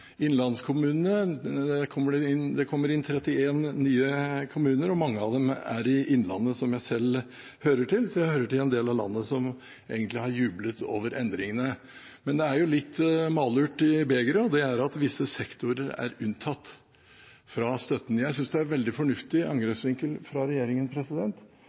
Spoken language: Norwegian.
Det kommer inn 31 nye kommuner, og mange av dem er i innlandet, som jeg selv hører til. Jeg hører til en del av landet som egentlig har jublet over endringene. Men det er litt malurt i begeret, og det er at visse sektorer er unntatt fra støtten. Jeg synes det er en veldig fornuftig angrepsvinkel fra